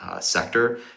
sector